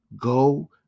Go